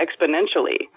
exponentially